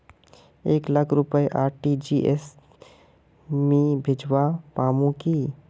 एक लाख रुपया आर.टी.जी.एस से मी भेजवा पामु की